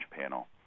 panel